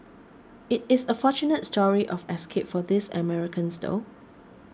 it is a fortunate story of escape for these Americans though